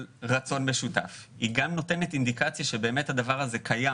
רצון משותף וגם נותנת אינדיקציה שבאמת הדבר הזה קיים